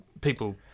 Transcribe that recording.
people